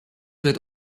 wird